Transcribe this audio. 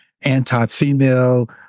anti-female